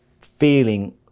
feeling